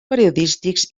periodístics